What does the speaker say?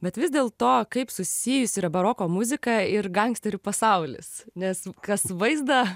bet vis dėl to kaip susijusi yra baroko muzika ir gangsterių pasaulis nes kas vaizdą